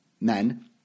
men